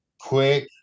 quick